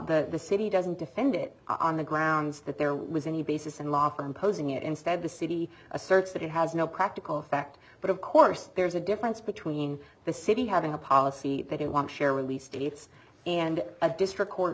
law the city doesn't defend it on the grounds that there was any basis in law for imposing it instead the city asserts that it has no practical effect but of course there's a difference between the city having a policy that they want to share release dates and a district court